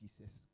Jesus